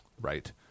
Right